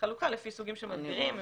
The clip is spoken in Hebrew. לפי סוגים של מדבירים,